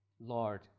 Lord